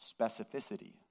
specificity